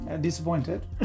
disappointed